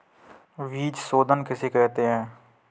बीज शोधन किसे कहते हैं?